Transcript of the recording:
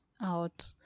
out